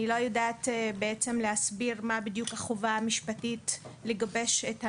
לא יודעת להסביר מה בדיוק החובה המשפטית לגבש את הנוהל,